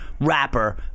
rapper